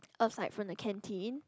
aside from the canteen